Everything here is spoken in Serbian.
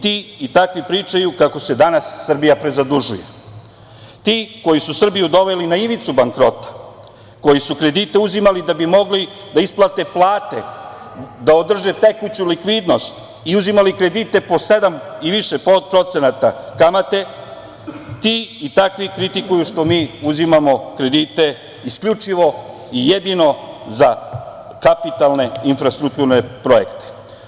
Ti i takvi pričaju kako se danas Srbija prezadužuje, ti koji su Srbiju doveli na ivicu bankrota, koji su kredite uzimali da bi mogli da isplate plate, da održe tekuću likvidnost i uzimali kredite po sedam i više procenata kamate, ti i takvi kritikuju što mi uzimamo kredite isključivo i jedino za kapitalne infrastrukturne projekte.